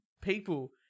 people